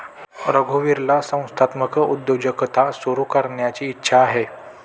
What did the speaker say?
रघुवीरला संस्थात्मक उद्योजकता सुरू करायची इच्छा आहे